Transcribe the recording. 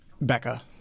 Becca